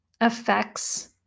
affects